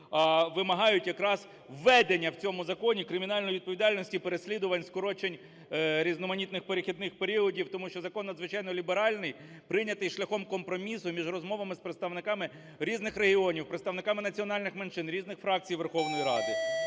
вимагають якраз введення в цьому законі кримінальної відповідальності, переслідувань, скорочень різноманітних перехідних періодів, тому що закон надзвичайно ліберальний, прийнятий шляхом компромісу між розмовами з представниками різних регіонів, представниками національних меншин, різних фракцій Верховної Ради.